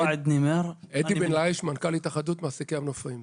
אני מנכ"ל התאחדות מחזיקי המנופאים.